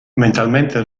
mentalmente